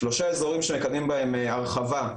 שלושה אזורים שמקדמים בהם הרחבה,